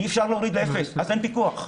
אי אפשר להוריד לאפס כי אז אין פיקוח.